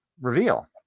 reveal